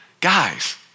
Guys